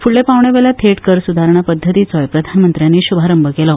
फूडल्या पावण्यावेल्या थेट कर सुदारणा पध्दतीचोय प्रधानमंत्र्यांनी शुभारंभ केलो